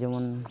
ᱡᱮᱢᱚᱱ